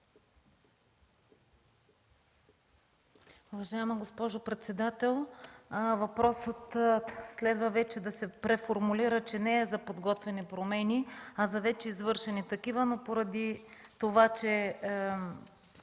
Уважаема госпожо председател, въпросът следва да се преформулира, че не е за подготвени промени, а за вече извършени такива, но поради това, че